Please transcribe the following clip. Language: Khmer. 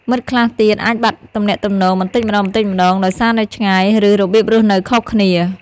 មិត្តខ្លះទៀតអាចបាត់ទំនាក់ទំនងបន្តិចម្តងៗដោយសារនៅឆ្ងាយ ឬរបៀបរស់នៅខុសគ្នា។